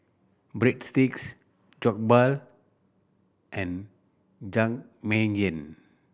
Breadsticks Jokbal and Jajangmyeon